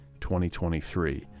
2023